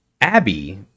Abby